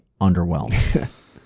underwhelmed